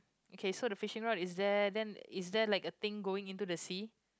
okay so the fishing rod is there then is there like a thing going into the sea